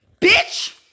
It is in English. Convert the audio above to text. Bitch